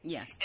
Yes